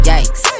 Yikes